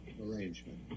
arrangement